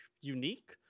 unique